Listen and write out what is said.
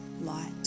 light